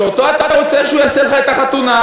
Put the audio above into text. שאותו אתה רוצה שיעשה לך את החתונה?